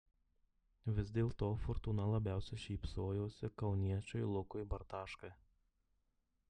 vis dėlto fortūna labiausiai šypsojosi kauniečiui lukui bartaškai